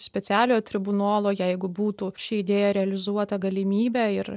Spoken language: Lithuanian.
specialiojo tribunolo jeigu būtų ši idėja realizuota galimybe ir